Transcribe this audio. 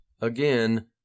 again